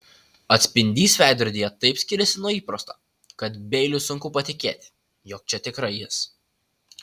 atspindys veidrodyje taip skiriasi nuo įprasto kad beiliui sunku patikėti jog čia tikrai jis